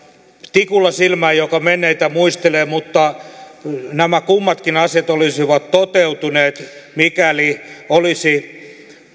tikulla silmään sitä joka menneitä muistelee mutta nämä kummatkin asiat olisivat toteutuneet mikäli olisi